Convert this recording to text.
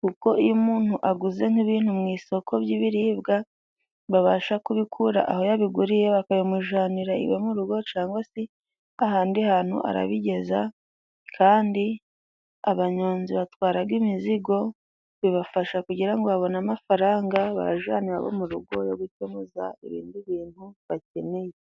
kuko iyo umuntu aguze nk'ibintu mu isoko by'ibiribwa, babasha kubikura aho yabiguriye bakabimujanira iwe mu rugo cyangwa se ahandi hantu arabigeza kandi abanyonzi batwaraga imizigo, bibafasha kugira ngo babone amafaranga barajana iwabo mu rugo yo gukemuza ibindi bintu bakeneye.